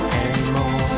anymore